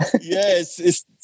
Yes